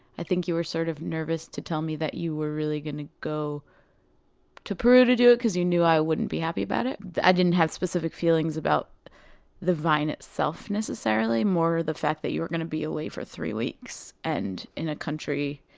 i think you were sort-of sort of nervous to tell me that you were really going to go to peru to do it because you knew i wouldn't be happy about it. i didn't have specific feelings about the vine itself necessarily more the fact that you were going to be away for three weeks and in a country